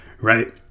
right